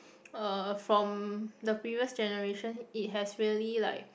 uh from the previous generation it has really like